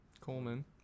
Coleman